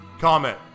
Comment